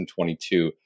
2022